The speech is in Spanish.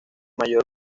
mayor